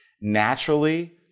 Naturally